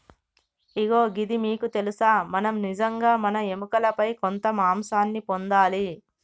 ఇగో గిది మీకు తెలుసా మనం నిజంగా మన ఎముకలపై కొంత మాంసాన్ని పొందాలి